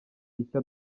icyo